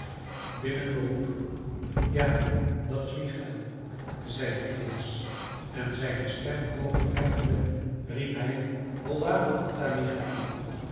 binnen beroep ja dat is michael zeide phineas en zijne stem hoog verheffende riep hij holla daar michael